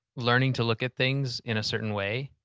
learning to look at things in a certain way,